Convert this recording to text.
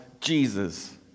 Jesus